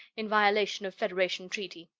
in violation of federation treaty.